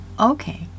okay